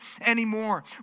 anymore